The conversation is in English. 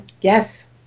Yes